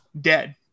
dead